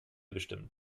bestimmen